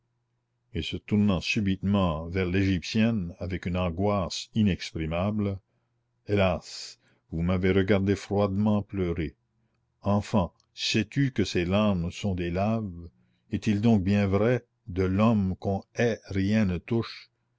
et se tournant subitement vers l'égyptienne avec une angoisse inexprimable hélas vous m'avez regardé froidement pleurer enfant sais-tu que ces larmes sont des laves est-il donc bien vrai de l'homme qu'on hait rien ne touche